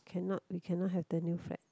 cannot we cannot have the new flat